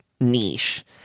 niche